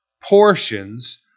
portions